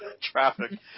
traffic